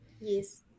Yes